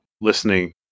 listening